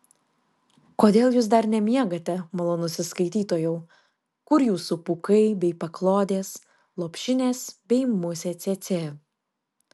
kodėl jūs dar nemiegate malonusis skaitytojau kur jūsų pūkai bei paklodės lopšinės bei musė cėcė